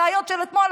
אלה הבעיות של אתמול,